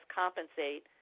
compensate